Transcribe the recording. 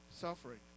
Suffering